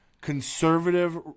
conservative